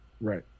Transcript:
right